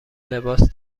لباس